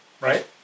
right